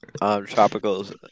Tropicals